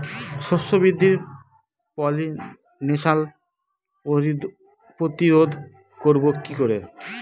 শস্য বৃদ্ধির পলিনেশান প্রতিরোধ করব কি করে?